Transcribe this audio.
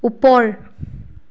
ওপৰ